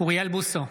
אוריאל בוסו,